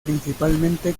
principalmente